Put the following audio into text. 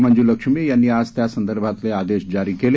मंजुलक्ष्मी यांनी आज यासंदर्भातले आदेश जारी केले